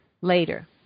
later